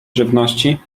żywności